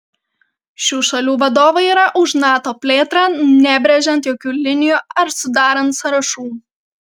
šių šalių vadovai yra už nato plėtrą nebrėžiant jokių linijų ar sudarant sąrašų